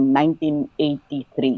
1983